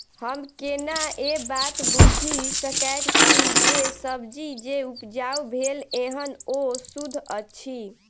हम केना ए बात बुझी सकैत छी जे सब्जी जे उपजाउ भेल एहन ओ सुद्ध अछि?